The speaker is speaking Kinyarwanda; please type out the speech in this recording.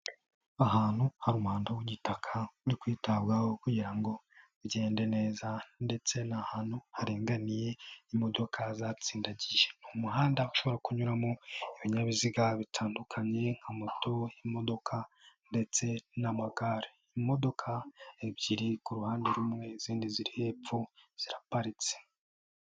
Ahantu hari umuhanda w'igitaka uri kwitabwaho kugira ngo bigende neza ndetse n'ahantu haringaniye imodoka zatsindagiye. Ni umuhanda ushobora kunyuramo ibinyabiziga bitandukanye nka moto, imodoka ndetse n' amagare. Imodoka ebyiri ku ruhande rumwe izindi ziri hepfo ziraparitse.